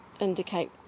indicate